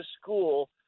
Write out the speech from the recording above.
school